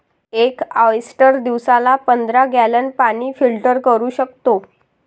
एक ऑयस्टर दिवसाला पंधरा गॅलन पाणी फिल्टर करू शकतो